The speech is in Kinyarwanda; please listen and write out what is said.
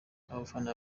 abafana